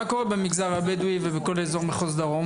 מה קורה במגזר הבדואי ובכל אזור מחזור,